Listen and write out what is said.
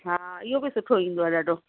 हा इहो बि सुठो ईंदो आहे ॾाढो